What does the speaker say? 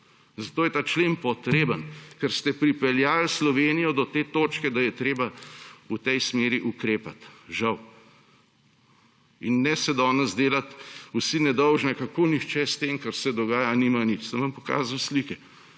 Zato je ta člen potreben, ker ste pripeljali Slovenijo do te točke, da je treba v tej smeri ukrepati. Žal. In ne se danes delati vsi nedolžne, kako nihče s tem, kar se dogaja, nima nič. Sem vam pokazal slike.